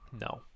No